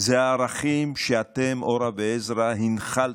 זה הערכים שאתם, אורה ועזרא, הנחלתם.